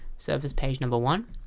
service page number one.